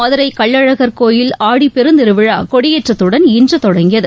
மதுரை கள்ளழகர் கோயில் ஆடி பெருந்திருவிழா கொடியேற்றத்துடன் இன்று தொடங்கியது